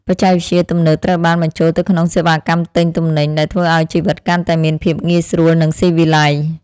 បច្ចេកវិទ្យាទំនើបត្រូវបានបញ្ចូលទៅក្នុងសេវាកម្មទិញទំនិញដែលធ្វើឱ្យជីវិតកាន់តែមានភាពងាយស្រួលនិងស៊ីវិល័យ។